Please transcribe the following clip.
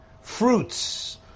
fruits